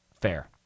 Fair